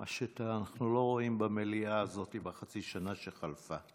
מה שאנחנו לא רואים במליאה הזאת בחצי השנה שחלפה,